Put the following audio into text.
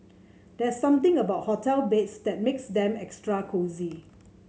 there's something about hotel beds that makes them extra cosy